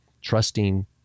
trusting